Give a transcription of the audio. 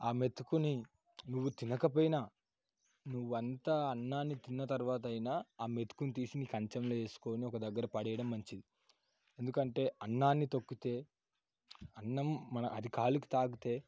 ఆ మెతుకుని నువ్వు తినకపోయినా నువ్వు అంతా అన్నాన్ని తిన్న తర్వాత అయినా ఆ మెతుకులు తీసిన కంచంలో వేసుకొని ఒక దగ్గర పడేయడం మంచిది ఎందుకంటే అన్నాన్ని తొక్కితే అన్నం మన అది కాలుకి తాకితే